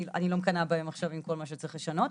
אני לא מקנאה בהם עכשיו עם כל מה שצריך לשנות.